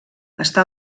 està